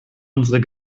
unsere